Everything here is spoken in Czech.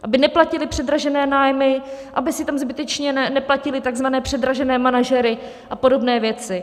Aby neplatily předražené nájmy, aby si tam zbytečně neplatily tzv. předražené manažery a podobné věci.